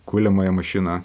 kuliamąją mašiną